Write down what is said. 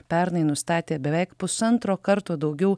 pernai nustatė beveik pusantro karto daugiau